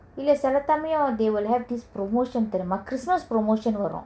இல்ல செல சமயோ:illa sela samayo they will have this promotion தெரியுமா:theriyuma christmas promotion வரு:varu